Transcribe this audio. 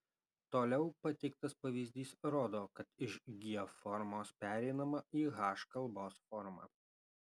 toliau pateiktas pavyzdys rodo kad iš g formos pereinama į h kalbos formą